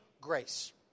grace